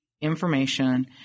information